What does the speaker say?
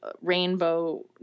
rainbow